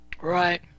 Right